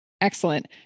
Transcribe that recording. Excellent